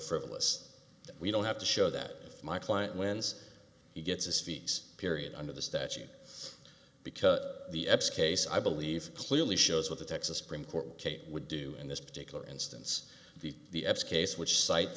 frivolous we don't have to show that my client wins he gets a species period under the statute because the eps case i believe clearly shows what the texas supreme court would do in this particular instance the case which cites